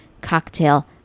cocktail